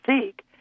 seek